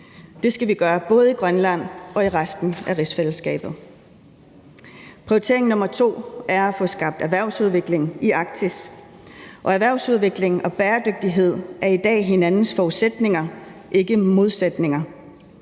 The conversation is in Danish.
Det skal vi gøre både i Grønland og i resten af rigsfællesskabet. Prioritering nr. 2 er at få skabt erhvervsudvikling i Arktis. Og erhvervsudvikling og bæredygtighed er i dag hinandens forudsætninger, ikke modsætninger.